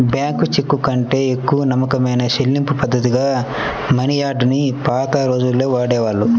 bank చెక్కుకంటే ఎక్కువ నమ్మకమైన చెల్లింపుపద్ధతిగా మనియార్డర్ ని పాత రోజుల్లో వాడేవాళ్ళు